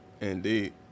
Indeed